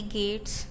gates